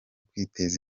kwiteza